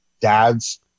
dads